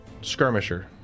Skirmisher